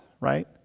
right